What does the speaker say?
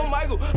Michael